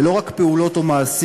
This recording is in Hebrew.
ולא רק פעולות או מעשים,